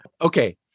Okay